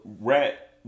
Rat